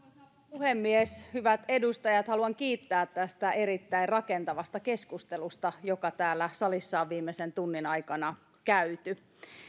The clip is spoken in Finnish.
puhemies hyvät edustajat haluan kiittää tästä erittäin rakentavasta keskustelusta joka täällä salissa on viimeisen tunnin aikana käyty